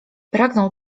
pragnął